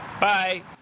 Bye